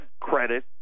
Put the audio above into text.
credit